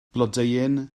blodeuyn